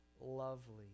lovely